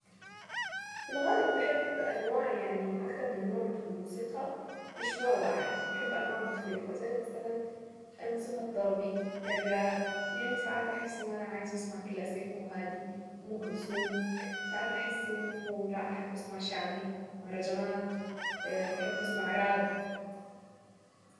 في الغالب بحب انواع يعني اكتر من نوع في الموسيقى مش نوع واحد فبحب انواع مختلفة زي الراب يعني وساعات احس ان انا عايزة اسمع كلاسيك وهادي ام كلثوم ساعات احس انه لا احب اسمع شعبي مهرجانات واحب اسمع راب.